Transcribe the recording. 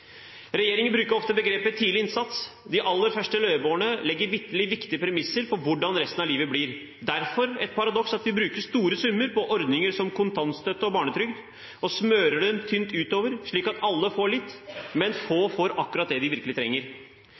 Regjeringen bruker ofte begrepet «tidlig innsats». I de aller første leveårene legges viktige premisser for hvordan resten av livet blir. Derfor er det et paradoks at vi bruker store summer på ordninger som kontantstøtte og barnetrygd og smører dem tynt utover, slik at alle får litt, men få får akkurat det de virkelig trenger.